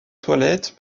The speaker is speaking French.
toilette